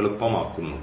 എളുപ്പമാക്കുന്നു